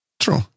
true